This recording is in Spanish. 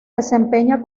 desempeña